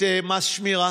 את מס השמירה,